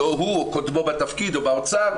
לא הוא או קודמו בתפקיד או באוצר,